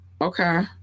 Okay